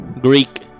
Greek